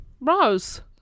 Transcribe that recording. Rose